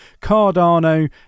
Cardano